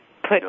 put